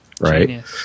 right